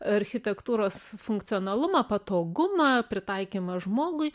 architektūros funkcionalumą patogumą pritaikymą žmogui